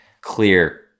clear